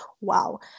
wow